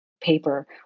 paper